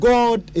God